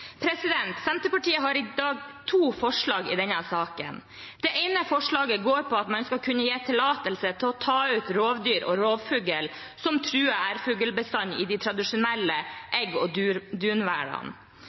Senterpartiet har i dag to forslag i denne saken. Det ene forslaget går ut på at man skal kunne gi tillatelse til å ta ut rovdyr og rovfugl som truer ærfuglbestanden i de tradisjonelle